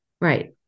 Right